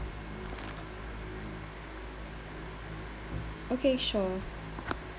okay sure